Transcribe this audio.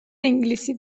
انگلیسی